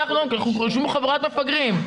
אנחנו מדברים ויושבת פה חבורת מפגרים.